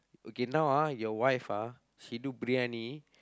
okay now ah your wife ah she do briyani